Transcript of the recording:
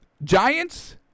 Giants